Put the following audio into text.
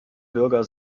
bürger